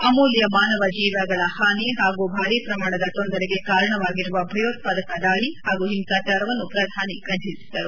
ಅಮೂಲ್ಯ ಮಾನವ ಜೀವಗಳ ಹಾನಿ ಹಾಗೂ ಭಾರಿ ಪ್ರಮಾಣದ ತೊಂದರೆಗೆ ಕಾರಣವಾಗಿರುವ ಭಯೋತ್ಸಾದಕ ದಾಳಿ ಹಾಗೂ ಹಿಂಸಾಚಾರವನ್ನು ಪ್ರಧಾನಿ ಖಂಡಿಸಿದರು